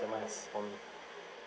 that one's for me